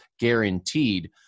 guaranteed